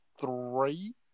three